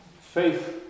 faith